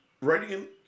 writing